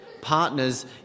partners